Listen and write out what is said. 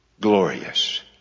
glorious